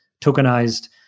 tokenized